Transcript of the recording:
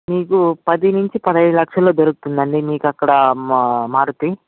మీకు పది నుంచి పదహైదు లక్షల్లో దొరుకుతుందండి మీకు అక్కడ మా మారుతి